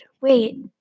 wait